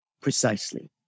precisely